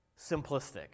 simplistic